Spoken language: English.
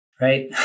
right